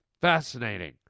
fascinating